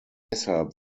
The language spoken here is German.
deshalb